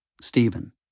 Stephen